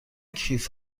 کیف